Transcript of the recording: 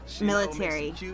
Military